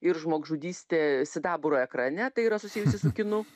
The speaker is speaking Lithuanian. ir žmogžudystė sidaburo ekrane tai yra susijusi su kinu